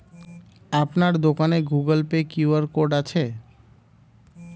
আপনার দোকানে Google Pay QR code আছে?